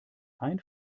ein